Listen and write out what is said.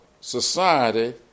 society